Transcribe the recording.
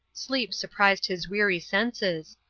sleep surprised his weary senses,